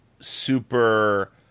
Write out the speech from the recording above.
super